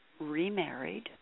remarried